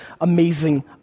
amazing